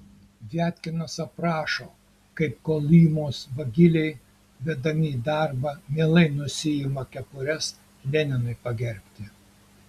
viatkinas aprašo kaip kolymos vagiliai vedami į darbą mielai nusiima kepures leninui pagerbti